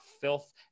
filth